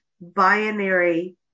binary